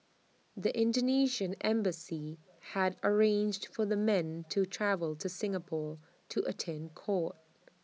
the Indonesian embassy had arranged for the men to travel to Singapore to attend court